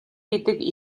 гэдэг